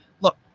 look